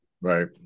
Right